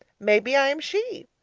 maybe i am she!